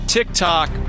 TikTok